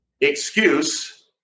excuse